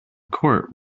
court